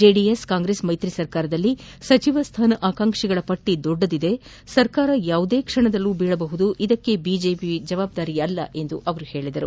JDS Congress ಮೈತ್ರಿ ಸರ್ಕಾರದಲ್ಲಿ ಸಚಿವ ಸ್ಥಾನ ಅಕಾಂಕ್ಷಿಗಳ ಪಟ್ಟಿ ದೊಡ್ಡದಿದ್ದು ಸರ್ಕಾರ ಯಾವುದೇ ಕ್ಷಣದಲ್ಲಿ ಬೀಳಬಹುದು ಇದಕ್ಕೆ ಬಿಜೆಪಿ ಜವಾಬ್ದಾರಿಯಲ್ಲ ಎಂದು ಹೇಳಿದರು